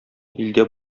илдә